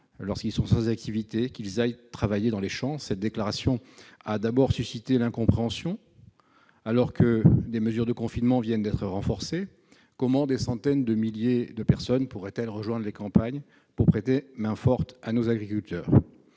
lorsqu'ils sont sans activité, ils aillent travailler dans les champs. Cette déclaration a d'abord suscité l'incompréhension : alors que les mesures de confinement viennent d'être renforcées, comment des centaines de milliers de personnes pourraient-elles rejoindre les campagnes pour prêter main-forte aux agriculteurs ?